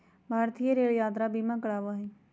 भारतीय रेल यात्रा बीमा करवावा हई